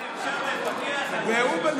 איך אפשר לפקח על מישהו כשאבן על צווארו?